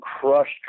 crushed